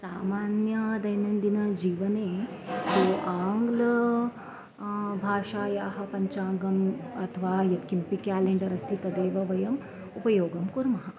सामान्यदैनन्दिनजीवने आङ्गल भाषायाः पञ्चाङ्गम् अथवा यत्किमपि केलेण्डर् अस्ति तदेव वयम् उपयोगं कुर्मः